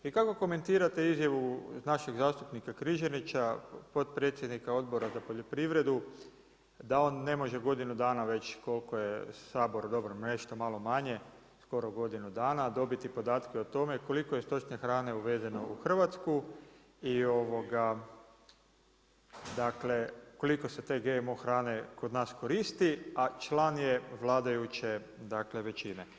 I kako komentirate izjavu našeg zastupnika Križanića potpredsjednika Odbora za poljoprivredu da on ne može godinu dana već koliko je Sabor dobro nešto malo manje, skoro godinu dana, dobiti podatke o tome koliko je stočne hrane uvezeno u Hrvatsku i koliko se te GMO hrane koristi, a član je vladajuće većine?